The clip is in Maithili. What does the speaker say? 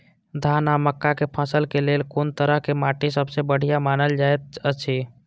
धान आ मक्का के फसल के लेल कुन तरह के माटी सबसे बढ़िया मानल जाऐत अछि?